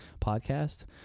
podcast